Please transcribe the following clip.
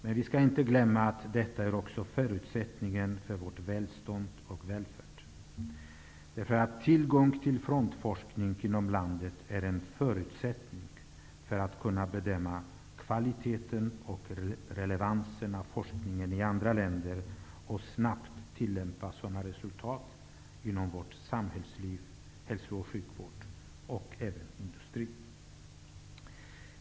Men vi skall inte glömma att detta är förutsättningen för vårt välstånd och välfärd. Tillgången till frontforskning inom landet är en förutsättning för att man skall kunna bedöma kvaliteten och relevansen av forskningen i andra länder och snabbt tillämpa sådana resultat inom vårt samhällsliv, vår hälso och sjukvård och även vår industri.